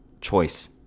choice